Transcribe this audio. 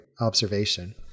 observation